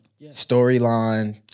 Storyline